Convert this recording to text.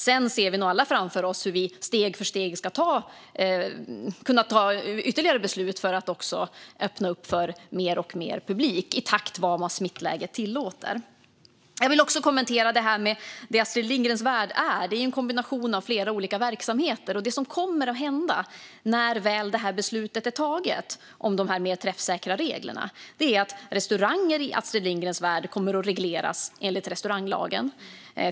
Sedan ser vi nog alla framför oss hur vi steg för steg ska kunna ta ytterligare beslut för att öppna för mer och mer publik, i takt med vad smittläget tillåter. Jag vill också kommentera det här med vad Astrid Lindgrens Värld är. Det är ju en kombination av flera olika verksamheter. Det som kommer att hända när beslutet om de mer träffsäkra reglerna väl är taget är att restauranger i Astrid Lindgrens Värld kommer att regleras enligt restauranglagen.